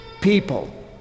people